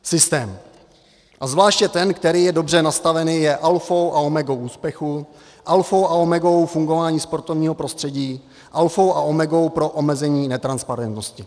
Systém, a zvláště ten, který je dobře nastaven, je alfou a omegou úspěchu, alfou a omegou fungování sportovního prostředí, alfou a omegou pro omezení netransparentnosti.